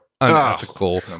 unethical